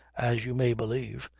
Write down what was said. as you may believe,